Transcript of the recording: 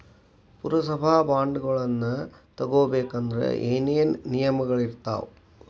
ಪುರಸಭಾ ಬಾಂಡ್ಗಳನ್ನ ತಗೊಬೇಕಂದ್ರ ಏನೇನ ನಿಯಮಗಳಿರ್ತಾವ?